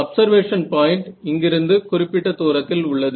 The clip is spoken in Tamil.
அப்சர்வேஷன் பாயிண்ட் இங்கிருந்து குறிப்பிட்ட தூரத்தில் உள்ளது